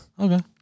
Okay